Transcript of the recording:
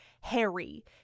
Harry